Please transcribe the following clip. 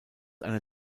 einer